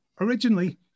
Originally